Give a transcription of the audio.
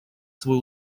свой